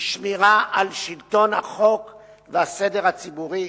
היא שמירה על שלטון החוק והסדר הציבורי.